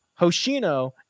Hoshino